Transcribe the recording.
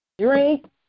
drink